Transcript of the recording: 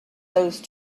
those